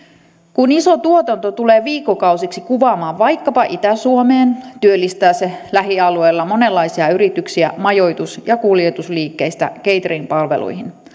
kun iso tuotanto tulee viikkokausiksi kuvaamaan vaikkapa itä suomeen työllistää se lähialueella monenlaisia yrityksiä majoitus ja kuljetusliikkeistä cateringpalveluihin